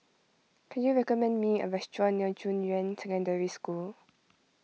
can you recommend me a restaurant near Junyuan Secondary School